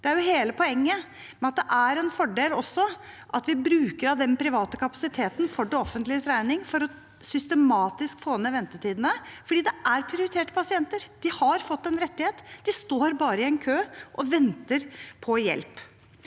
Det er jo hele poenget, og det er en fordel at vi også bruker av den private kapasiteten – for det offentliges regning – for systematisk å få ned ventetidene. Dette er prioriterte pasienter. De har fått en rettighet. De står bare i en kø og venter på hjelp.